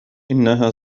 إنها